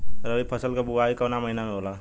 रबी फसल क बुवाई कवना महीना में होला?